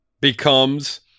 becomes